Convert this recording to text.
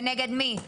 ונגד מי?